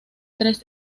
tres